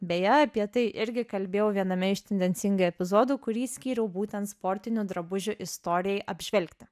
beje apie tai irgi kalbėjau viename iš tendencingai epizodų kurį skyriau būtent sportinių drabužių istorijai apžvelgti